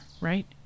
right